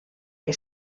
que